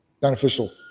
beneficial